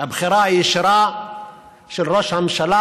הבחירה הישירה של ראש הממשלה.